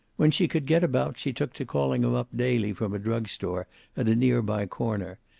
when she could get about she took to calling him up daily from a drug-store at a near-by corner,